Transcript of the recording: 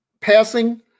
passing